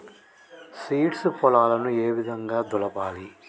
Seeds పొలాలను ఏ విధంగా దులపాలి?